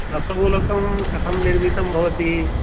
रसगोलकं कथं निर्मितं भवति